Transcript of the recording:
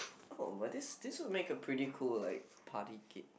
oh but this this would make a pretty cool like party game